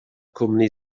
cwmni